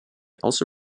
also